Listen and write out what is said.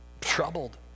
Troubled